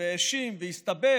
והאשים והסתבך,